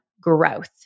growth